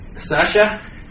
Sasha